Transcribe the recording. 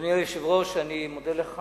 אדוני היושב-ראש, אני מודה לך.